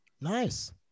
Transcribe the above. nice